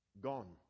gone